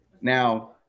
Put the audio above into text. Now